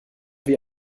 wie